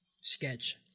sketch